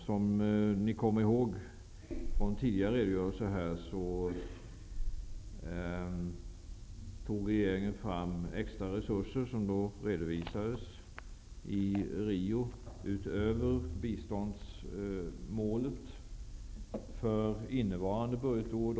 Som ni kommer ihåg från tidigare redogörelser tog regeringen fram extra resurser utöver biståndsmålet för innevarande budgetår, och detta redovisades också i Rio.